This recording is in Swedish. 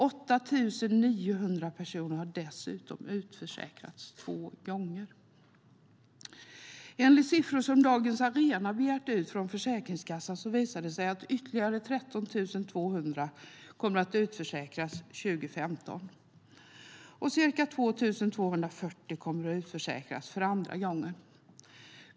8 900 personer har dessutom utförsäkrats två gånger. Enligt siffror som Dagens Arena begärt ut från Försäkringskassan visar det sig att ytterligare 13 200 kommer att utförsäkras 2015, och ca 2 240 kommer att utförsäkras för andra gången.